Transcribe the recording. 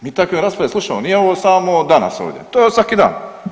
Mi takve rasprave slušamo, nije ovo samo od danas ovdje, to je od svaki dan.